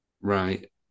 Right